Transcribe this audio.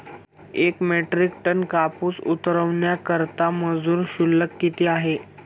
एक metric tonne कापूस उतरवण्याकरता मजूर शुल्क किती आहे?